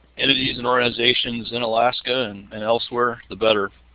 entities and organizations in alaska and and elsewhere, the better.